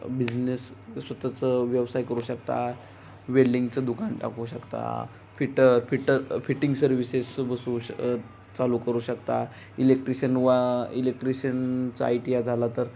business स्वतःचं व्यवसाय करू शकता वेल्डिंगचं दुकान टाकू शकता फिटर फिटर फिटिंग सर्विसेस बसू श चालू करू शकता इलेक्ट्रिशियन व इलेक्ट्रिशियनचा आयटीया झाला तर